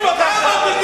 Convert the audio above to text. צריך לשים אותה שם.